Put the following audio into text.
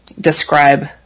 describe